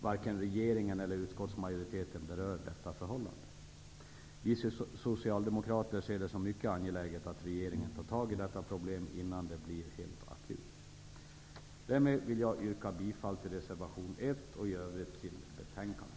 Varken regeringen eller utskottsmajoriteten berör detta förhållande. Vi Socialdemokrater ser det som mycket angeläget att regeringen tar tag i detta problem innan det blir akut. Jag yrkar bifall till reservation 1 och i övrigt till utskottets hemställan.